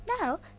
Now